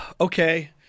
Okay